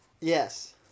Yes